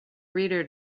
reader